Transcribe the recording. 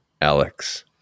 Alex